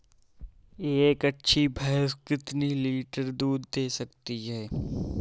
एक अच्छी भैंस कितनी लीटर दूध दे सकती है?